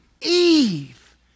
Eve